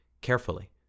carefully